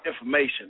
Information